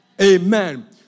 amen